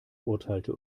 urteilte